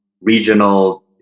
regional